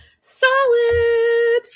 Solid